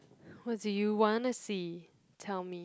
what do you want to see tell me